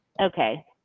Okay